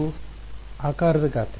ವಿದ್ಯಾರ್ಥಿ ಆಕಾರದ ಗಾತ್ರ